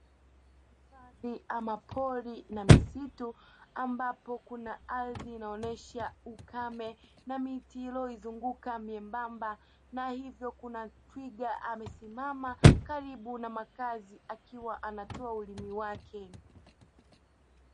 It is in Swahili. Hifadhi ama pori na misitu, ambapo kuna ardhi inaonesha ukame na miti iliyoizunguka membamba, na hivyo kuna twiga amesimama karibu na makazi, akiwa anatoa ulimi wake.